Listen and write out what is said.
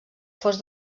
fos